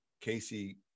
Casey